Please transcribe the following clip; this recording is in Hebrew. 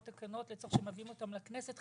התקנות וצריך להעביר אותן לכנסת.